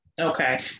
Okay